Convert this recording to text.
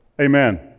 Amen